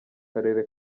karere